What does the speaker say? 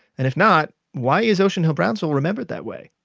and if not, why is ocean hill-brownsville remembered that way?